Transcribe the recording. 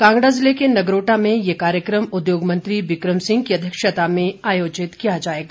कांगड़ा ज़िले के नगरोटा में ये कार्यक्रम उद्योग मंत्री बिक्रम सिंह की अध्यक्षता में आयोजित किया जाएगा